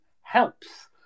helps